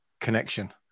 connection